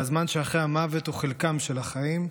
והזמן שאחרי המוות הוא חלקם של החיים,